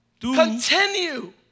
continue